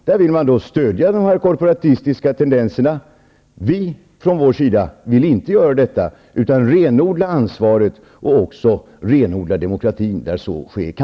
Man vill stödja de korporativistiska tendenserna. Från vår sida vill vi inte göra detta. Vi vill renodla ansvaret och renodla demokratin där så kan ske.